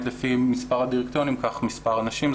לפי מספר הדירקטוריונים כך מספר הנשים,